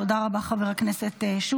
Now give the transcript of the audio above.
תודה רבה, חבר הכנסת שוסטר.